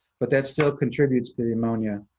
but that still contributes to the ammonia.